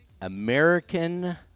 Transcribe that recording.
American